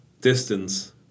distance